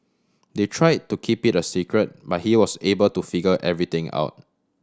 they try to keep it a secret but he was able to figure everything out